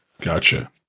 Gotcha